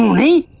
me